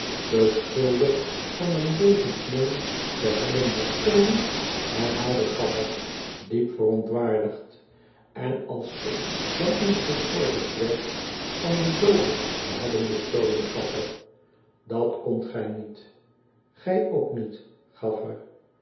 beschuldigd van een levend mensch te hebben bestolen herhaalde gaflfer diep verontwaardigd tn als ik dan eens beschuldigd werd van een doode te hebben bestolen gaflfer t dat k o n d t gij niet gij ook niet gaflfer